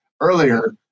earlier